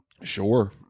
Sure